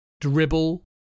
dribble